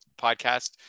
podcast